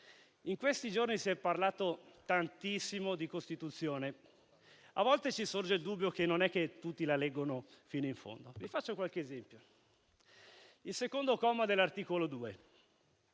In questi giorni si è parlato tantissimo di Costituzione. A volte ci sorge il dubbio che non tutti la leggano fino in fondo. Porto qualche esempio. L'articolo 2,